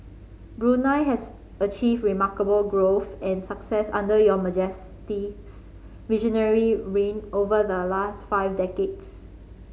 Brunei has achieved remarkable growth and success under Your Majesty's visionary reign over the last five decades